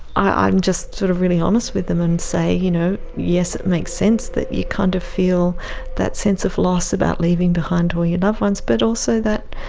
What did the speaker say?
i am just sort of really honest with them and say, you know yes, it makes sense that you kind of feel that sense of loss about leaving behind all your loved ones, but also that